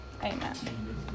Amen